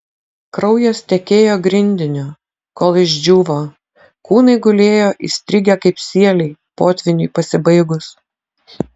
kraujas tekėjo grindiniu kol išdžiūvo kūnai gulėjo įstrigę kaip sieliai potvyniui pasibaigus